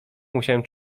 musiałem